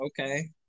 Okay